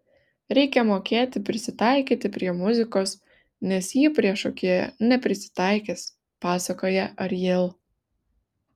reikia mokėti prisitaikyti prie muzikos nes ji prie šokėjo neprisitaikys pasakoja ariel